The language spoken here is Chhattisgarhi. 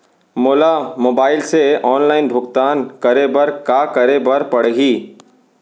मोला मोबाइल से ऑनलाइन भुगतान करे बर का करे बर पड़ही?